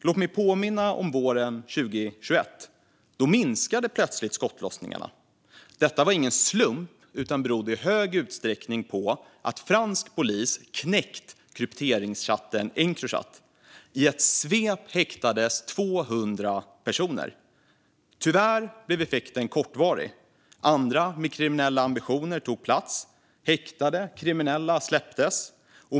Låt mig påminna om våren 2021. Då minskade plötsligt skottlossningarna. Detta var ingen slump, utan det berodde i hög utsträckning på att fransk polis knäckt krypteringstjänsten Encrochat. I ett svep häktades 200 personer. Tyvärr blev effekten kortvarig. Andra med kriminella ambitioner tog plats. Häktade kriminella släpptes.